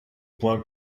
point